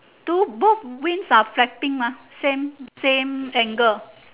two both wings are flapping mah same same angle